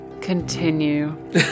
continue